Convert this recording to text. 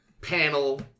panel